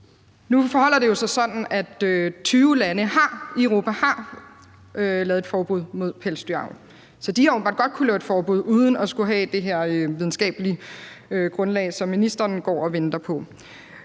Nu forholder det sig jo sådan, at 20 lande i Europa har lavet et forbud mod pelsdyravl. Så de har åbenbart godt kunnet lave et forbud uden at skulle have det her videnskabelige grundlag, som ministeren går og venter på.